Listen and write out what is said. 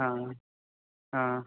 ആ ആ